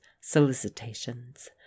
solicitations